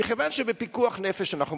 מכיוון שבפיקוח נפש אנחנו מדברים,